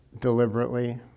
deliberately